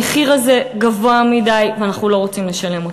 המחיר הזה גבוה מדי, ואנחנו לא רוצים לשלם אותו.